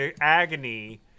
agony